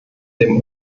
dem